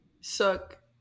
suck